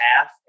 half